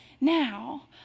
now